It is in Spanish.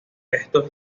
estos